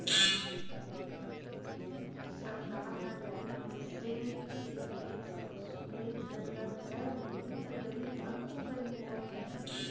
सरकार ह गरीब मनसे तीर टेक्स वसूले ल धर लेहि त गरीब ह अउ गरीब होवत जाही